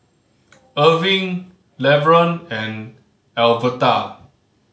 Erving Levern and Alverta